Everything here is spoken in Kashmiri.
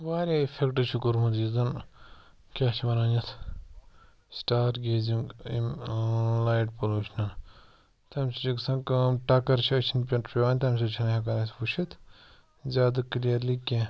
واریاہ اِفیٚکٹہٕ چھُ کوٚرمُت یُس زَن کیٛاہ چھِ وَنان یَتھ سٹار گیزِنٛگ أمۍ ٲں لایِٹ پولوٗشنَن تہٕ اَمہِ سۭتۍ چھِ گژھان کٲم ٹَکَر چھِ أچھَن پٮ۪ٹھ پیٚوان تَمہِ سۭتۍ چھِنہٕ ہیٚکان أسۍ وُچھِتھ زیادٕ کٕلیَرلی کیٚنٛہہ